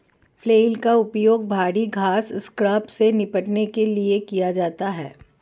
flail का उपयोग भारी घास स्क्रब से निपटने के लिए किया जाता है